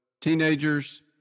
teenagers